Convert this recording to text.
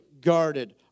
guarded